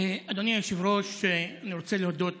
אדוני היושב-ראש, אני רוצה להודות